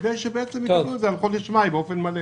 כדי שיקבלו את זה על חודש מאי באופן מלא.